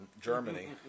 Germany